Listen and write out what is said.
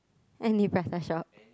any prata shop